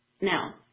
Now